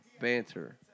banter